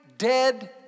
dead